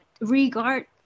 regard